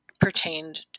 pertained